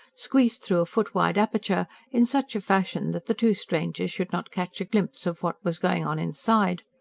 squeezed through a foot wide aperture, in such a fashion that the two strangers should not catch a glimpse of what was going on inside.